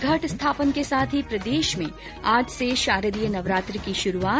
घट स्थापन के साथ ही प्रदेश में आज से शारदीय नवरात्र की शुरूआत